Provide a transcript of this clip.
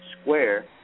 square